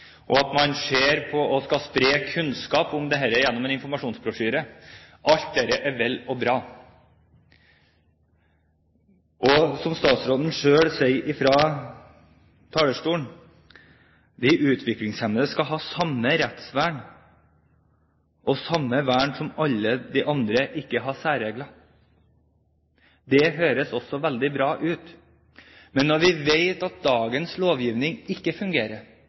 og man ser på og skal spre kunnskap om dette gjennom en informasjonsbrosjyre. Alt det er vel og bra. Som statsråden selv sier fra talerstolen: De utviklingshemmede skal ha samme rettsvern og samme vern som alle de andre, ikke særregler. Det høres også veldig bra ut. Men når vi vet at dagens lovgivning ikke fungerer,